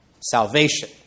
Salvation